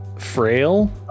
frail